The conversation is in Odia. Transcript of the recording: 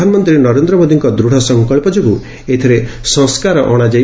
ପ୍ରଧାନମନ୍ତ୍ରୀ ନରେନ୍ଦ୍ର ମୋଦିଙ୍କ ଦୃଢ଼ ସଙ୍କଳ୍ପ ଯୋଗୁଁ ଏଥିରେ ସଂସ୍କାର ଅଣାଯାଇଛି